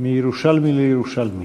מירושלמי לירושלמי.